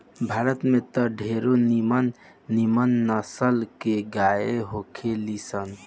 भारत में त ढेरे निमन निमन नसल के गाय होखे ली लोग